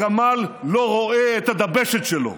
הגמל לא רואה את הדבשת שלו.